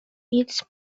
its